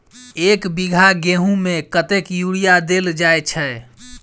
एक बीघा गेंहूँ मे कतेक यूरिया देल जाय छै?